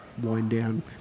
wind-down